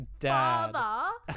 father